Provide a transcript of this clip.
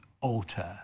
alter